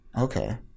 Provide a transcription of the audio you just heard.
Okay